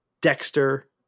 Dexter